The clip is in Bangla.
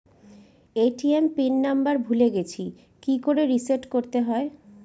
এ.টি.এম পিন নাম্বার ভুলে গেছি কি করে রিসেট করতে হয়?